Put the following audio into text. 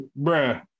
bruh